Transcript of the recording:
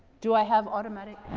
do i have automatic